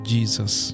Jesus